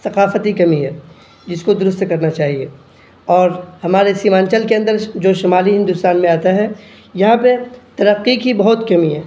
ثقافتی کمی ہے جس کو درست کرنا چاہیے اور ہمارے سیمانچل کے اندر جو شمالی ہندوستان میں آتا ہے یہاں پہ ترقی کی بہت کمی ہے